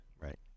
Right